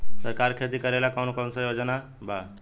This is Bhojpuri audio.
सरकार के खेती करेला कौन कौनसा योजना बा?